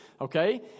Okay